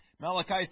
Malachi